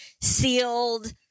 sealed